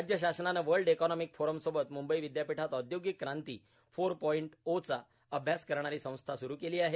राज्य शासनाने world economic फोरमसोबत मुंबई विद्यापीठात औद्योगिक क्रांती फोर पाईट ओ चा अभ्यास करणारी संस्था स्रु केली आहे